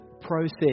process